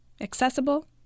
accessible